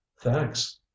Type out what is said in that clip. thanks